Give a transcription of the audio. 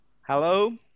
Hello